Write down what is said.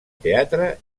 teatre